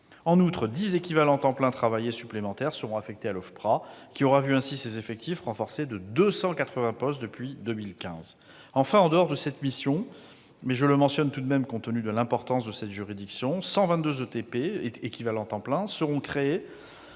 2017, et 10 équivalents temps plein travaillé supplémentaires seront affectés à l'OFPRA, qui aura ainsi vu ses effectifs renforcés de 280 postes depuis 2015. Enfin, en dehors de cette mission, mais je le mentionne tout de même compte tenu de l'importance de cette juridiction, 122 équivalents temps plein seront créés